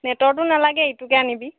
নেটৰটো নালাগে ইটোকে আনিবি